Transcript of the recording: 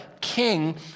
king